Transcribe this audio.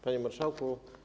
Panie Marszałku!